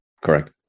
Correct